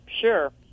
sure